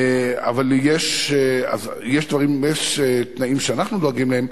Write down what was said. יש תנאים שאנחנו דואגים להם,